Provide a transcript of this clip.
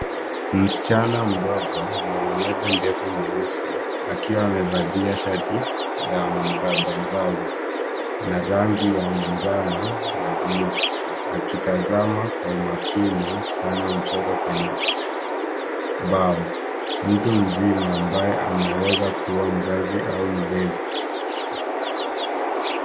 Msichana mdogo, mwenye nywele ndefu nyeusi, akiwa amevalia shati la mraba mraba na rangi ya manjano na bluu, akitazama kwa umakini sana mchoro kwenye bao. Mtu mzima ambaye ameweza kuwa mzazi au mlezi .